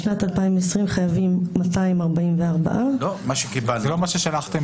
משנת 2020 חייבים 244. זה לא מה ששלחתם.